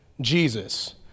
Jesus